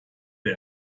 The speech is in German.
der